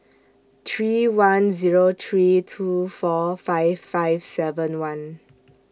three one Zero three two four five five seven one